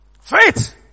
Faith